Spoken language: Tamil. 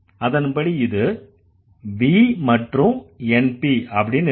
அதன்படி இது V மற்றும் NP அப்படின்னு இருக்கும்